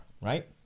right